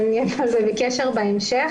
ונהיה על זה בקשר בהמשך.